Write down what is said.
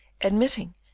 admitting